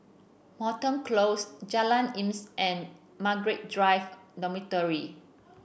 Moreton Close Jalan Isnin and Margaret Drive Dormitory